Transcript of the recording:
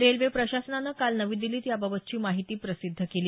railway प्रशासनानं काल नवी दिल्लीत याबाबतची माहिती प्रसिद्ध केली